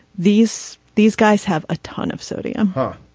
these these guys have a ton of sodium ha.